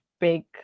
big